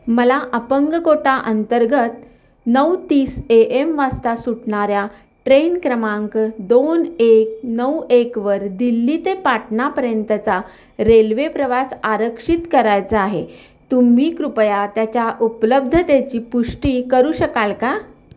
मला अपंग कोटा अंतर्गत नऊ तीस ए एम वाजता सुटणाऱ्या ट्रेन क्रमांक दोन एक नऊ एकवर दिल्ली ते पाटणापर्यंतचा रेल्वे प्रवास आरक्षित करायचा आहे तुम्ही कृपया त्याच्या उपलब्धतेची पुष्टी करू शकाल का